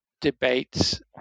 debates